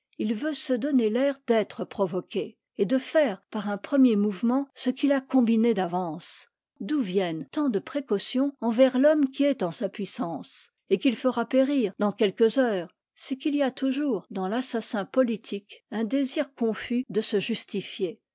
il veut se donner l'air d'être provoqué et de faire par un premier mouvement ce qu'il a combiné d'avance d'où viennent tant de précautions envers l'homme qui est en sa puissance et qu'il fera périr dans quelques heures c'est qu'il y a toujours dans l'assassin politique un désir confus de se justifier